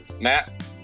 Matt